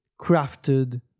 crafted